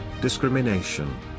discrimination